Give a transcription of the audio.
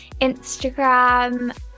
Instagram